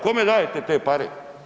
Kome dajete te pare?